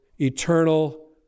eternal